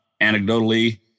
Anecdotally